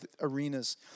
arenas